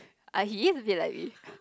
ah he is a bit like me